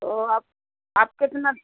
तो आप आप कितना